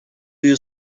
you